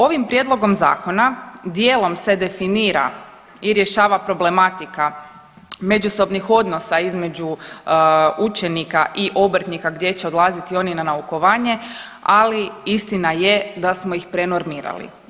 Ovim prijedlogom zakona dijelom se definira i rješava problematika međusobnih odnosa između učenika i obrtnika gdje će odlaziti oni na naukovanje, ali istina je da smo ih prenormirali.